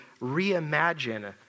reimagine